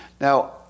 Now